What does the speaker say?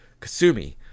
Kasumi